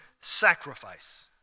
sacrifice